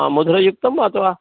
ह मधुरयुक्तम् अथवा